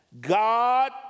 God